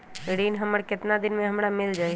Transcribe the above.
ऋण हमर केतना दिन मे हमरा मील जाई?